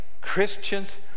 Christians